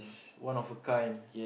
one of a kind